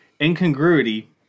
incongruity